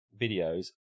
videos